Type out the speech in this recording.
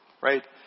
right